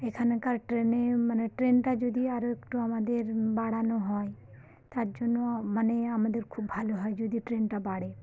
এখানকার ট্রেনে মানে ট্রেনটা যদি আরও একটু আমাদের বাড়ানো হয় তার জন্য মানে আমাদের খুব ভালো হয় যদি ট্রেনটা বাড়ে